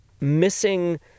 missing